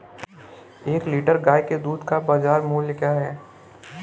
एक लीटर गाय के दूध का बाज़ार मूल्य क्या है?